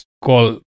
call